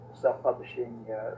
self-publishing